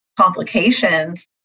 complications